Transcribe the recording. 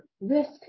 risk